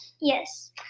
Yes